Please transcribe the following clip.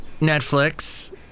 Netflix